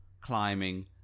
climbing